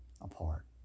apart